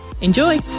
enjoy